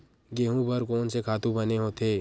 गेहूं बर कोन से खातु बने होथे?